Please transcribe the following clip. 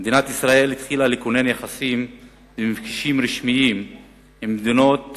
התחילה מדינת ישראל לכונן יחסים ומפגשים רשמיים עם מדינות